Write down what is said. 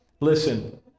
Listen